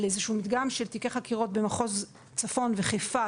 איזה שהוא מדגם של תיקי חקירות במחוז הצפון וחיפה,